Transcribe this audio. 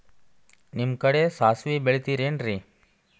ನಿಮ್ಮ ಕಡೆ ಸಾಸ್ವಿ ಬೆಳಿತಿರೆನ್ರಿ?